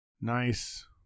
Nice